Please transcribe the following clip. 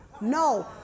No